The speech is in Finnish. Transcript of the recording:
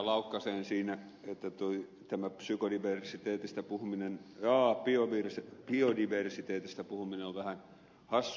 laukkaseen siinä että tämä biodiversiteetistä puhuminen on vähän hassua